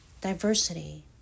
diversity